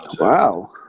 wow